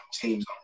teams